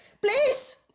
please